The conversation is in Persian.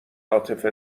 عاطفه